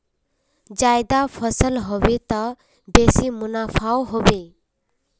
ज्यादा फसल ह बे त बेसी मुनाफाओ ह बे